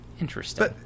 Interesting